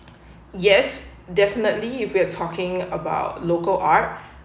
yes definitely if we're talking about local art